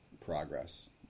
progress